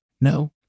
No